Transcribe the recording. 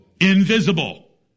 invisible